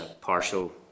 partial